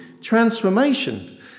transformation